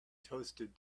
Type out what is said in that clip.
toasted